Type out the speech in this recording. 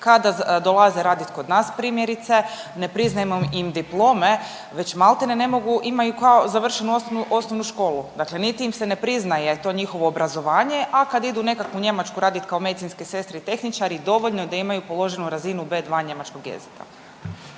kada dolaze raditi kod nas primjerice ne priznajemo im diplome već maltene ne mogu, imaju kao završenu osnovnu školu. Dakle, niti im se ne priznaje to njihovo obrazovanje, a kad idu u nekakvu Njemačku raditi kao medicinske sestre i tehničari dovoljno je da imaju položenu razinu B2 njemačkog jezika.